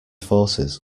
forces